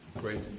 Great